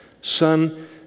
Son